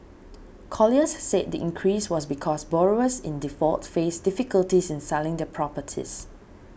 Colliers said the increase was because borrowers in default faced difficulties in selling their properties